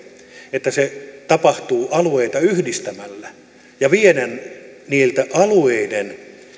että se tapahtuu alueita yhdistämällä ja vieden niiltä alueiden